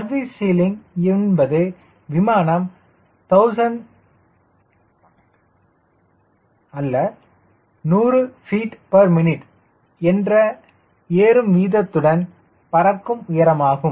service ceiling என்பது விமானம் 100 ftmin என்ற ஏறும் வீதத்துடன் பறக்கும் உயரமாகும்